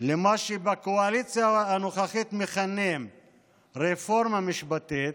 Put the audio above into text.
למה שבקואליציה הנוכחית מכנים "רפורמה משפטית",